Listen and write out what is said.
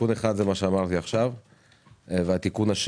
תיקון אחד הוא מה שאמרתי עכשיו.